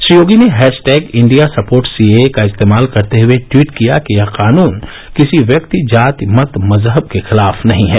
श्री योगी ने hashtag India supporters C A A का इस्तेमाल करते हुए टवीट किया कि यह कानन किसी व्यक्ति जाति मत मजहब के खिलाफ नहीं है